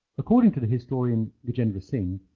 according to the historian gajendra singh,